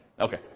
Okay